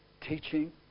teaching